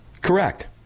Correct